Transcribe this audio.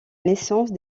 naissance